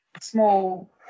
small